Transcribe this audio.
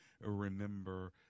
remember